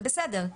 זה בסדר.